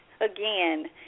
again